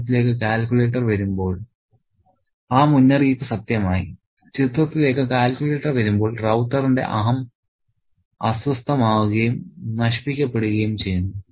ചിത്രത്തിലേക്ക് കാൽക്കുലേറ്റർ വരുമ്പോൾ റൌത്തറിന്റെ അഹം അസ്വസ്ഥമാവുകയും നശിപ്പിക്കപ്പെടുകയും ചെയ്യുന്നു